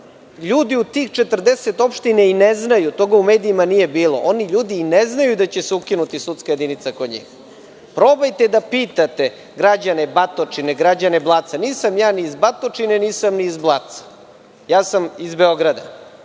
Ljudi u tih 40 opština i ne znaju, toga u medijima nije bilo, oni i ne znaju da će se ukinuti sudska jedinica kod njih. Probajte da pitate građane Batočine, građane Blaca. Nisam ja ni iz Batočine, nisam ni iz Blaca, ja sam iz Beograda